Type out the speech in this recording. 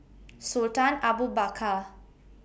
Sultan Abu Bakar